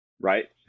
right